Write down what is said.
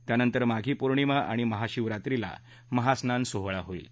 त्यानंतर माघी पौर्णिमा आणि महाशिवरात्रीला महास्नान सोहळा होईल